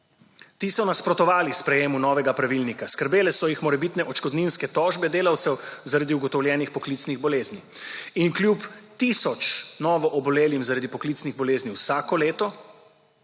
Ti so nasprotovali sprejetju novega pravilnika. Skrbele so jih morebitne odškodninske tožbe delavcev zaradi ugotovljenih poklicnih bolezni. In kljub tisoč na novo obolelim zaradi poklicnih bolezni vsako leto